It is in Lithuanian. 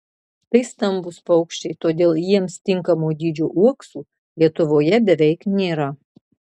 tai stambūs paukščiai todėl jiems tinkamo dydžio uoksų lietuvoje beveik nėra